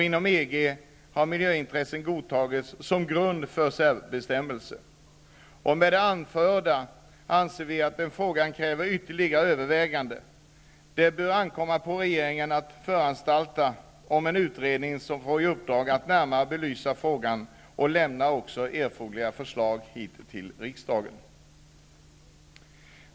Inom EG har miljöintressen godtagits som grund för särbestämmelser. Mot bakgrund av det som här anförts anser vi att den här frågan kräver ytterligare övervägande. Det bör ankomma på regeringen att föranstalta om en utredning, som får i uppdrag att närmare belysa frågan och att avlämna erforderliga förslag till riksdagen.